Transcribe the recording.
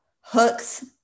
hooks